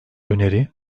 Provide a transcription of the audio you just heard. öneri